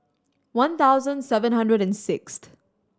one thousand seven hundred and sixth